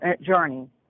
journey